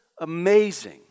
amazing